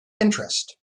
interest